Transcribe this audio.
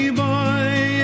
boy